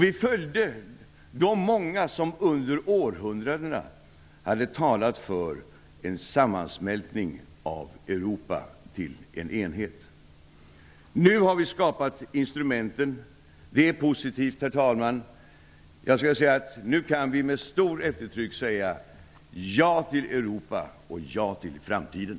Vi följde de många som under århundraden hade talat för en sammansmältning av Europa till en enhet. Nu har vi skapat instrumenten. Det är positivt, herr talman. Nu kan vi med stort eftertryck säga ja till Europa och ja till framtiden.